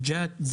בג'ת,